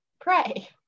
pray